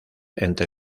entre